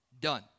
done